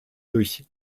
durch